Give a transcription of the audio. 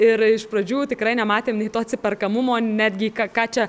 ir iš pradžių tikrai nematėm nei to atsiperkamumo netgi ką ką čia